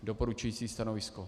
Doporučující stanovisko.